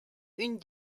une